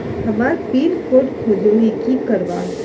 हमार pin code खोजोही की करवार?